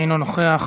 אינו נוכח.